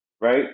right